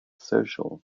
social